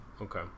Okay